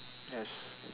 yes